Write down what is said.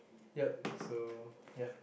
yup so ya